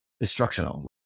instructional